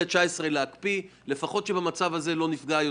לפחות שלא נפגע יותר.